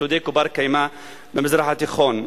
צודק ובר-קיימא במזרח התיכון,